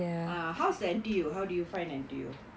how's the N_T_U how do you find N_T_U